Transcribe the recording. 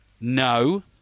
No